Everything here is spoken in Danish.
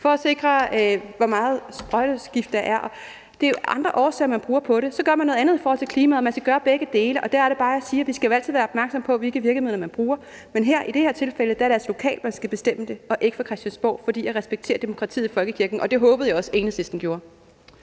kontrol med, hvor meget sprøjtegift der er. Det er jo af andre årsager, man gør det. Og så gør man noget andet i forhold til klimaet. Man skal gøre begge dele. Og der er det bare, jeg siger, at vi jo altid skal være opmærksomme på, hvilke virkemidler der bruges. Men i det her tilfælde er det altså lokalt, man skal bestemme det, og ikke på Christiansborg, for jeg respekterer demokratiet i folkekirken – og det håbede jeg også Enhedslisten gjorde.